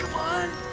on!